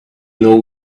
know